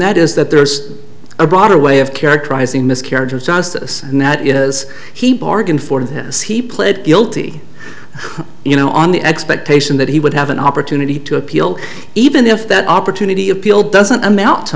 that is that there's a broader way of characterizing a miscarriage of justice and that is he bargained for this he pled guilty you know on the expectation that he would have an opportunity to appeal even if that opportunity appealed doesn't amount to